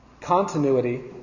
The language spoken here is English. continuity